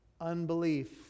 Unbelief